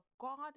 god